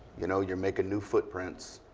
you know, you're making new footprints,